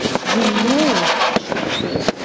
you know! she echoed,